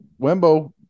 Wembo